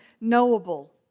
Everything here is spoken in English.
knowable